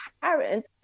parent